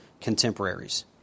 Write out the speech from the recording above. contemporaries